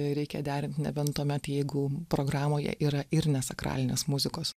reikia derint nebent tuomet jeigu programoje yra ir ne sakralinės muzikos